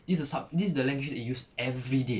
this a sub~ this is the language they use everyday